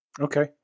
Okay